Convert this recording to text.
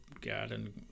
garden